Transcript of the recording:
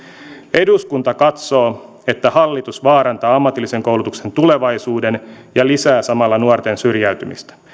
eduskunta katsoo että hallitus vaarantaa ammatillisen koulutuksen tulevaisuuden ja lisää samalla nuorten syrjäytymistä